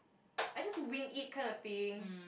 I just wing it kind of thing